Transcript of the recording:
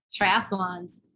triathlons